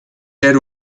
ver